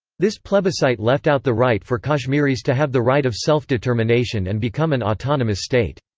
this plebiscite left out the right for kashmiris to have the right of self-determination and become an autonomous state.